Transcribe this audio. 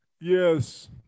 Yes